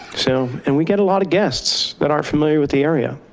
so and we get a lot of guests that aren't familiar with the area,